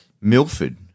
Milford